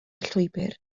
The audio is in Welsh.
llwybr